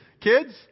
Kids